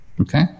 okay